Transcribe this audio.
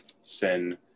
sin